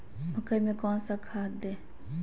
मकई में कौन सा खाद दे?